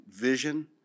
vision